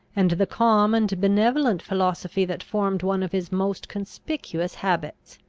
and the calm and benevolent philosophy that formed one of his most conspicuous habits.